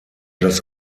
das